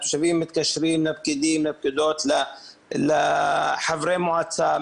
התושבים מתקשרים לפקידים, לחברי המועצה.